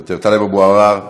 מוותר, טלב אבו עראר,